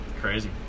crazy